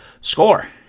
score